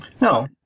No